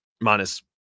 minus